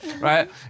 right